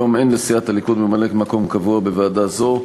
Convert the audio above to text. כיום אין לסיעת הליכוד ממלא-מקום קבוע בוועדה זו.